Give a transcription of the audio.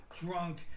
drunk